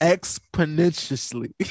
Exponentially